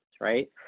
right